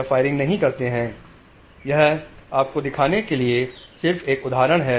यह आपको दिखाने के लिए सिर्फ एक और उदाहरण है